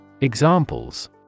Examples